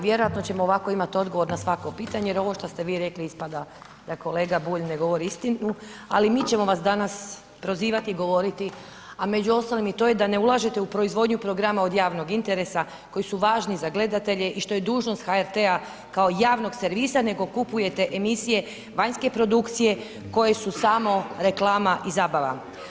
Vjerojatno ćemo ovako imati odgovor na svako pitanje jer ovo što ste vi rekli ispada da kolega Bulj ne govori istinu, ali mi ćemo vas danas prozivati i govoriti, a među ostalim i to je da ne ulažete u proizvodnju programa od javnog interesa koji su važni za gledatelje i što je dužnost HRT-a kao javnog servisa nego kupujete emisije vanjske produkcije koje su samo reklama i zabava.